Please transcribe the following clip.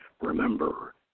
Remember